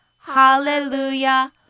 hallelujah